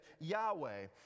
Yahweh